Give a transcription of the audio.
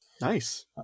nice